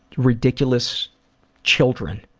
ridiculous children.